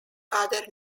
other